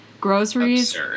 groceries